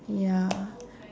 ya